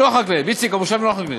איציק, המושבניקים לא חקלאים.